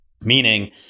Meaning